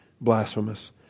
blasphemous